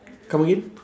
come again